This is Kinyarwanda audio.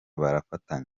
barafatanya